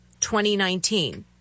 2019